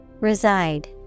Reside